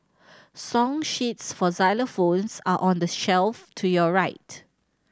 song sheets for xylophones are on the shelf to your right